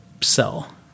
sell